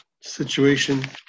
situation